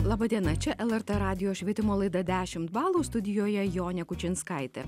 laba diena čia lrt radijo švietimo laida dešimt balų studijoje jonė kučinskaitė